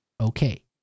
Okay